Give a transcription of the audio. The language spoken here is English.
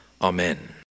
Amen